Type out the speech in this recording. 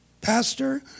Pastor